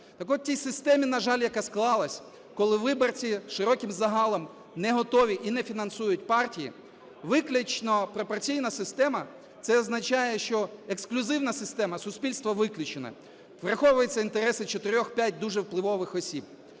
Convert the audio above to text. Так от, в тій системі, на жаль, яка склалась, коли виборці широким загалом не готові і не фінансують партії, виключно пропорційна система - це означає, що ексклюзивна система суспільства виключена, враховуються інтереси 4-5 дуже впливових осіб.